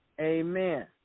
Amen